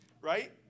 right